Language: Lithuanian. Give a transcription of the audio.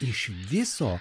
iš viso